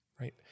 Right